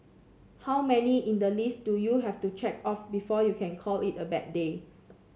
how many in the list do you have to check off before you can call it a bad day